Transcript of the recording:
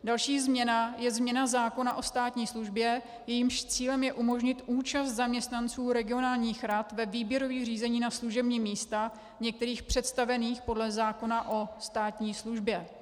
Další změna je změna zákona o státní službě, jejímž cílem je umožnit účast zaměstnanců regionálních rad ve výběrových řízeních na služební místa některých představených podle zákona o státní službě.